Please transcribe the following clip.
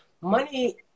money